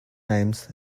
names